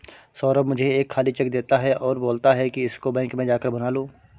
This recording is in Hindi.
सौरभ मुझे एक खाली चेक देता है और बोलता है कि इसको बैंक में जा कर भुना लो